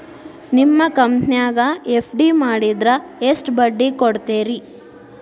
ನಿಮ್ಮ ಕಂಪನ್ಯಾಗ ಎಫ್.ಡಿ ಮಾಡಿದ್ರ ಎಷ್ಟು ಬಡ್ಡಿ ಕೊಡ್ತೇರಿ?